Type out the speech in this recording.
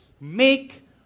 Make